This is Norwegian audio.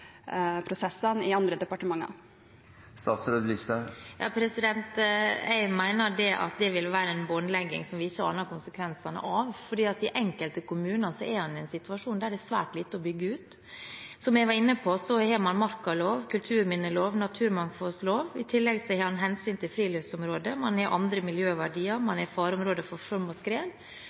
i andre departementer. Jeg mener at det vil være en båndlegging som vi ikke aner konsekvensene av, fordi man i enkelte kommuner er i en situasjon der det er svært lite å bygge ut. Som jeg var inne på, har man markalov, kulturminnelov og naturmangfoldlov. I tillegg har man hensyn til friluftsområder, man har andre miljøverdier, man har fareområder for flom og skred,